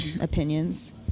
opinions